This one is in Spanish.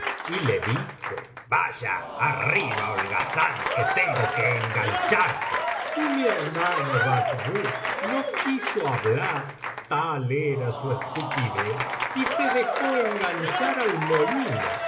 y le dijo vaya arriba holgazán que tengo que engancharte y mi hermano bacbuk no quiso hablar tal era su estupidez y se dejó enganchar al molino